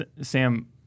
Sam